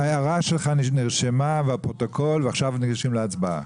ההערה שלך נרשמה בפרוטוקול ועכשיו ניגשים להצבעה.